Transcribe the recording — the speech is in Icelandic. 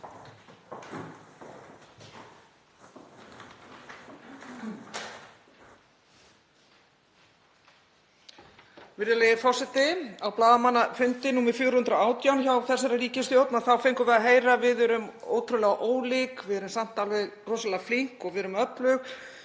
Virðulegi forseti. Á blaðamannafundi nr. 418 hjá þessari ríkisstjórn fengum við að heyra: Við erum ótrúlega ólík, við erum samt alveg rosalega flink og við erum öflug